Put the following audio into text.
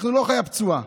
אנחנו לא חיה פצועה.